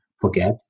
forget